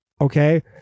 okay